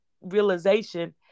realization